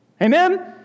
Amen